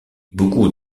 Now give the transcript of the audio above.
beaucoup